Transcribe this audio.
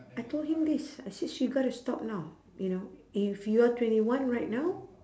I told him this I said sh~ you gotta stop now you know if you are twenty one right now